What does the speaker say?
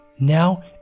Now